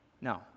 no